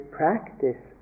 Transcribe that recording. practice